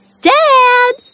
Dad